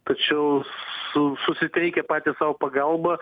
tačiau su susiteikia patys sau pagalbą